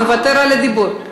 מוותר על הדיבור.